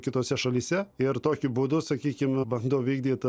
kitose šalyse ir tokiu būdu sakykim bando vykdyt